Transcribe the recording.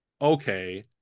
okay